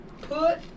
put